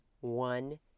one